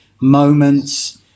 moments